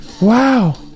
Wow